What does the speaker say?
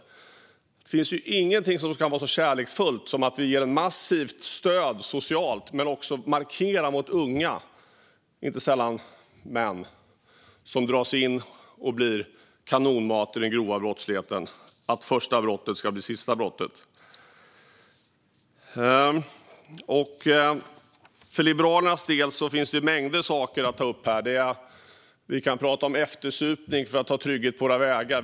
Det finns ingenting som kan vara så kärleksfullt som att ge massivt stöd socialt men också att markera mot unga, inte sällan män som dras in och blir kanonmat i den grova brottsligheten, att det första brottet ska bli det sista brottet. Det finns mängder av saker för oss liberaler att ta upp här. Vi kan prata om eftersupning när det handlar om trygghet på våra vägar.